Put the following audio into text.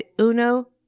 uno